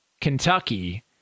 Kentucky